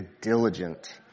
diligent